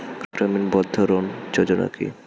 গ্রামীণ বন্ধরন যোজনা কি?